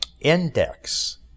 index